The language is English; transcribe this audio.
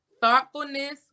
Thoughtfulness